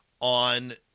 on